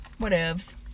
Whatevs